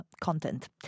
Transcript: content